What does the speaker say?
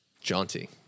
Jaunty